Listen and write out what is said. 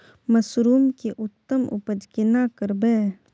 Mushroom के उत्तम उपज केना करबै?